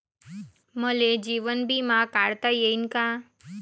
मले जीवन बिमा काढता येईन का?